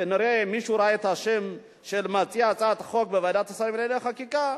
כנראה מישהו ראה את השם של מציע הצעת החוק בוועדת השרים לענייני חקיקה,